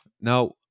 now